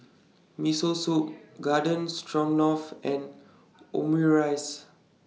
Miso Soup Garden Stroganoff and Omurice